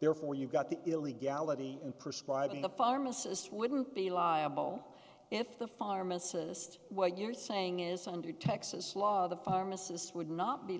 there where you got the illegality and prescribing the pharmacist wouldn't be liable if the pharmacist what you're saying is under texas law the pharmacist would not be